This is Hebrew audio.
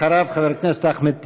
אחריו, חבר הכנסת אחמד טיבי.